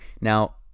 Now